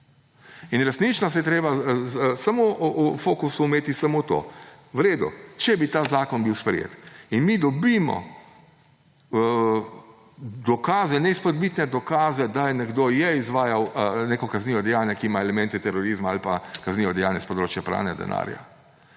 In resnično je treba v fokusu imeti samo to. V redu, če bi ta zakon bil sprejet in mi dobimo dokaze, neizpodbitne dokaze, da je nekdo izvajal kaznivo dejanje, ki ima elemente terorizma, ali pa kaznivo dejanje s področja pranja denarja,